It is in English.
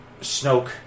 Snoke